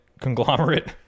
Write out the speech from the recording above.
conglomerate